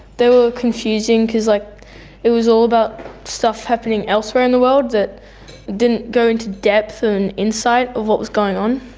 they were confusing because like it was all about stuff happening elsewhere in the world that didn't go into depth and insight of what was going on,